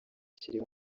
kiri